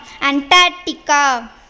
Antarctica